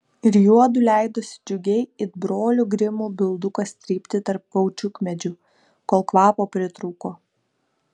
ir juodu leidosi džiugiai it brolių grimų bildukas trypti tarp kaučiukmedžių kol kvapo pritrūko